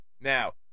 Now